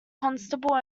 constable